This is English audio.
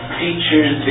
features